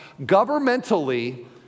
governmentally